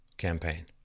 campaign